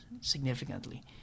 significantly